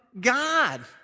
God